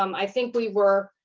um i think we were